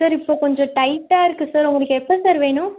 sir இப்போ கொஞ்சம் டைட்டாக இருக்குது சார் உங்களுக்கு எப்போ சார் வேணும்